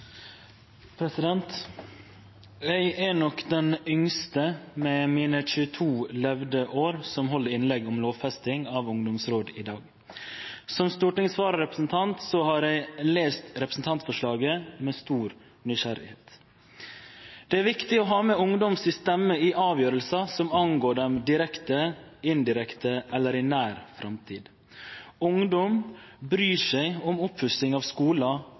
Eg er nok den yngste, med mine 22 levde år, som held innlegg om lovfesting av ungdomsråd i dag. Som stortingsvararepresentant har eg lese representantforslaget med stor nysgjerrigheit. Det er viktig å ha med ungdommen si stemme i avgjerder som angår dei direkte, indirekte eller i nær framtid. Ungdom bryr seg om oppussing av